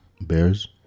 Bears